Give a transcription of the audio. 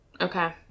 Okay